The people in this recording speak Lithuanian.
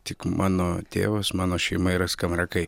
tik mano tėvas mano šeima yra skamarakai